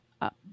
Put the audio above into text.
up